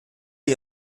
die